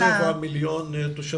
דיברנו על רבע מיליון תושבים,